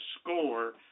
score